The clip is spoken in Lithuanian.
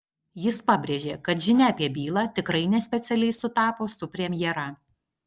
jis pabrėžė kad žinia apie bylą tikrai ne specialiai sutapo su premjera